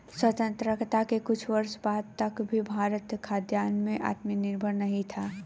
स्वतंत्रता के कुछ वर्षों बाद तक भी भारत खाद्यान्न में आत्मनिर्भर नहीं था